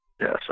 yes